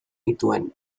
nituen